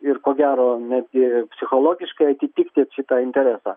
ir ko gero netgi psichologiškai atitikti šitą interesą